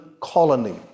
colony